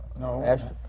No